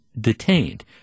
detained